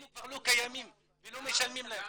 כבר לא קיימים ולא משלמים --- אמרתי לך,